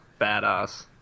badass